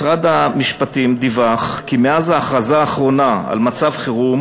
משרד המשפטים דיווח כי מאז ההכרזה האחרונה על מצב חירום